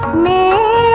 may